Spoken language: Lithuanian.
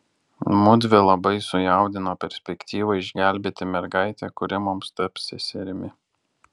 mudvi labai sujaudino perspektyva išgelbėti mergaitę kuri mums taps seserimi